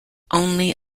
only